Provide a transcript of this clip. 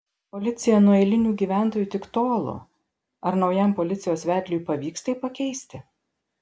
policija nuo eilinių gyventojų tik tolo ar naujam policijos vedliui pavyks tai pakeisti